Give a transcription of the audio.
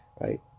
Right